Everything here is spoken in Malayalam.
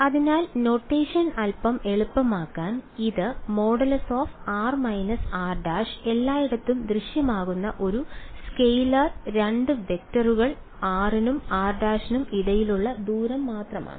അതിനാൽ നൊട്ടേഷൻ അൽപ്പം എളുപ്പമാക്കാൻ ഇത് |r − r′| എല്ലായിടത്തും ദൃശ്യമാകുന്ന ഒരു സ്കെയിലർ 2 വെക്ടറുകൾ r നും r′ നും ഇടയിലുള്ള ദൂരം മാത്രമാണ്